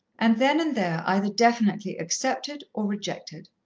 and then and there either definitely accepted or rejected.